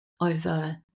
over